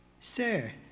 Sir